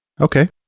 Okay